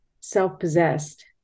self-possessed